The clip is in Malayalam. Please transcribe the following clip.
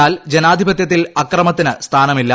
എന്നാൽ ജനാധിപത്യത്തിൽ അക്രമത്തിന് സ്ഥാനമില്ല